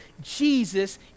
Jesus